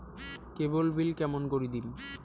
কেবল bill কেমন করি দিম?